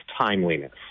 timeliness